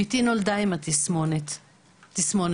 ביתי נולדה עם התסמונת המלאה.